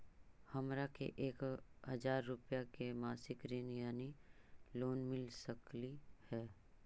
हमरा के एक हजार रुपया के मासिक ऋण यानी लोन मिल सकली हे?